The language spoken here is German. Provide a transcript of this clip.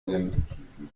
sinn